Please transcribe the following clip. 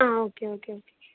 ആ okay okay okay